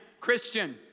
Christian